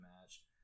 match